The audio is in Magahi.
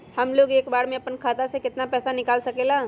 हमलोग एक बार में अपना खाता से केतना पैसा निकाल सकेला?